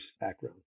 background